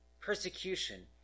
persecution